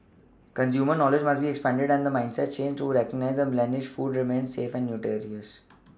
consumer knowledge must be expanded and mindsets changed to recognise that blemished food remains safe and nutritious